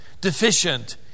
deficient